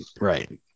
right